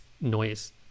noise